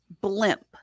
blimp